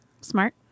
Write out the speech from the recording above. smart